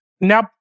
Now